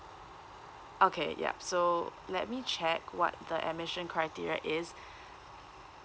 okay yup so let me check what the admission criteria is